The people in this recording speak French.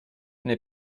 n’est